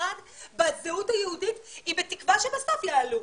המשרד בזהות היהודית היא בתקווה שבסוף יעלו,